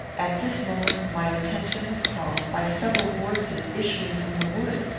at this moment my attention was called by several voices issuing from the wood.